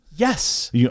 Yes